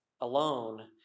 alone